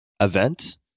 event